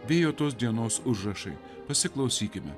bijotos dienos užrašai pasiklausykime